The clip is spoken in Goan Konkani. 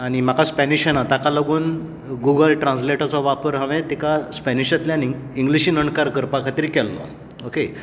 आनी म्हाका स्पॅनिश येना ताका लागून गुगल ट्रांस्लेटाचो वापर हांवें तिका स्पॅनिशांतल्यान इंग्लिशींत अणकार करपा खातीर केल्लो ओके